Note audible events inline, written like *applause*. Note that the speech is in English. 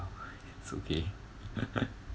well it's okay *laughs*